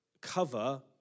cover